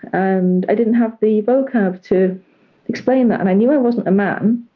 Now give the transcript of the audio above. and i didn't have the vocab to explain that. and i knew i wasn't a man,